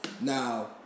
Now